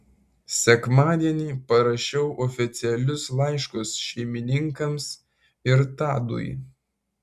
sekmadienį parašiau oficialius laiškus šeimininkams ir tadui